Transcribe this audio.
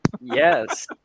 Yes